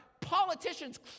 politicians